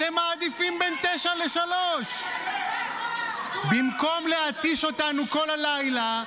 אתם מעדיפים בין 09:00 ל-15:00 במקום להתיש אותנו כל הלילה.